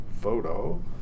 photo